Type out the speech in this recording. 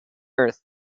earth